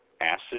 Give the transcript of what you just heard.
acid